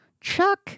Chuck